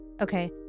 Okay